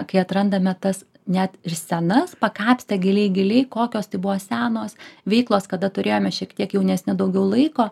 kai atrandame tas net ir senas pakapstę giliai giliai kokios tai buvo senos veiklos kada turėjome šiek tiek jaunesni daugiau laiko